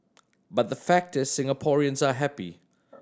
but the fact is Singaporeans are happy